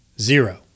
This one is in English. zero